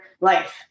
life